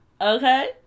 Okay